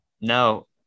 No